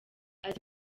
azi